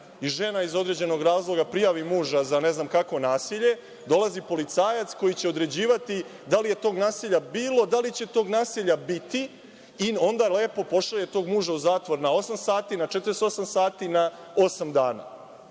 i žena iz određenog razloga prijavi muža za ne znam kakvo nasilje, dolazi policajac koji će određivati da li je tog nasilja bilo, da li će tog nasilja biti i onda lepo pošalje tog muža u zatvor na osam sati, na 48 sati, na osam dana.